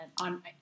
on